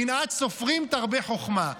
קנאת סופרים תרבה חוכמה,